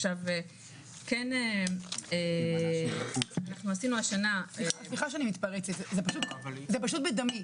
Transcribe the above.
עכשיו כן אנחנו עשינו השנה- סליחה שאני מתפרצת אבל זה פשוט בדמי,